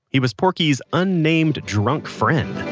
he was porky's unnamed drunk friend